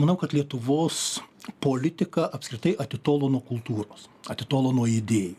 manau kad lietuvos politika apskritai atitolo nuo kultūros atitolo nuo idėjų